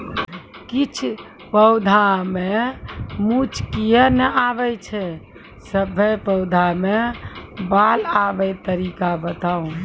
किछ पौधा मे मूँछ किये नै आबै छै, सभे पौधा मे बाल आबे तरीका बताऊ?